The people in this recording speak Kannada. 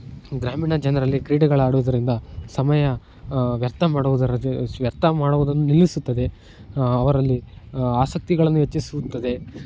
ಗ್ರಾಮೀಣ ಜನರಲ್ಲಿ ಕ್ರೀಡೆಗಳಾಡುವುದರಿಂದ ಸಮಯ ವ್ಯರ್ಥ ಮಾಡುವುದರ ಜ್ ವ್ಯರ್ಥ ಮಾಡುವುದನ್ನು ನಿಲ್ಲಿಸುತ್ತದೆ ಅವರಲ್ಲಿ ಆಸಕ್ತಿಗಳನ್ನು ಹೆಚ್ಚಿಸುತ್ತದೆ